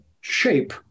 shape